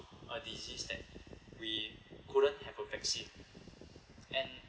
a disease that we couldn't have a vaccine and